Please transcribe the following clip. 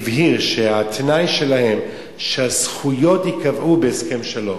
הבהיר שהתנאי שלהם שהזכויות ייקבעו בהסכם שלום.